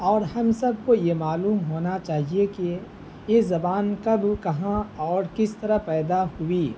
اور ہم سب کو یہ معلوم ہونا چاہیے کہ یہ زبان کب کہاں اور کس طرح پیدا ہوئی